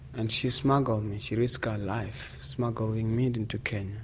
and she smuggled me, she risked her life smuggling me and into kenya.